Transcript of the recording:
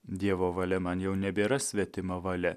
dievo valia man jau nebėra svetima valia